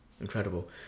Incredible